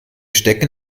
stecken